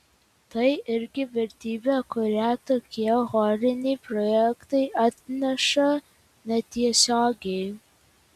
tai irgi vertybė kurią tokie choriniai projektai atneša netiesiogiai